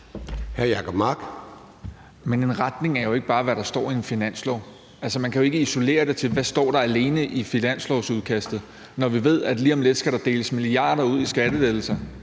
Men en retning er jo ikke bare, hvad der står i en finanslov. Altså, man kan jo ikke isolere det til, hvad der alene står i finanslovsudkastet, når vi ved, at der lige om lidt skal deles milliarder ud i skattelettelser.